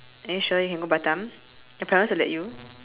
are you sure you can go batam your parents will let you